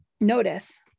notice